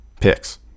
picks